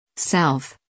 Self